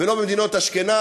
ולא ממדינות אשכנז,